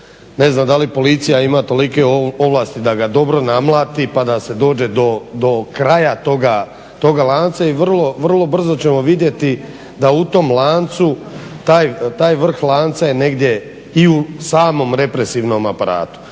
ne znam da li Policija ima tolike ovlasti da ga dobro namlati pa da se dođe do kraja toga lanca i vrlo brzo ćemo vidjeti da u tom lancu taj vrh lanca je negdje i u samom represivnom aparatu.